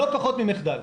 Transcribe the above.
לא פחות ממחדל.